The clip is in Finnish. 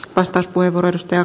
arvoisa puhemies